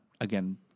again